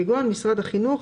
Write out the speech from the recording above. כגון: משרד החינוך,